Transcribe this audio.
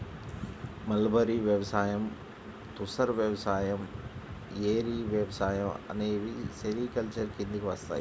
mulberry వ్యవసాయం, తుసర్ వ్యవసాయం, ఏరి వ్యవసాయం అనేవి సెరికల్చర్ కిందికి వస్తాయి